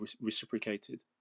reciprocated